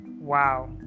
wow